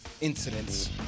incidents